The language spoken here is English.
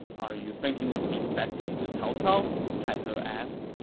are you thinking of defecting to cao cao? cai he asked